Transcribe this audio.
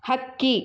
ಹಕ್ಕಿ